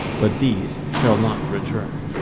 but these shall not return.